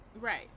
right